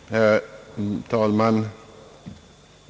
Herr talman!